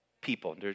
people